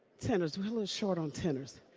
tenors. really short on tenors.